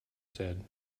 said